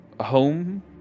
home